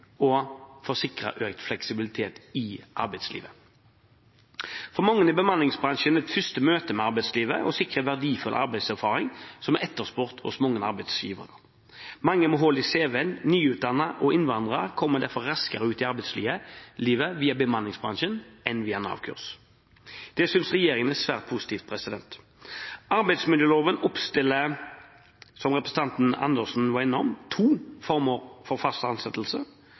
og for å sikre økt fleksibilitet i arbeidslivet. For mange er bemanningsbransjen et første møte med arbeidslivet og sikrer verdifull arbeidserfaring som er etterspurt hos mange arbeidsgivere. Mange med hull i CV, nyutdannede og innvandrere kommer derfor raskere ut i arbeidslivet via bemanningsbransjen enn via Nav-kurs. Dette synes regjeringen er svært positivt. Arbeidsmiljøloven oppstiller, som representanten Dag Terje Andersen var innom, to former for ansettelse, fast og midlertidig, men fast ansettelse